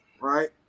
right